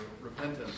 repentance